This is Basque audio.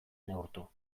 neurtu